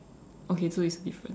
okay so it's a difference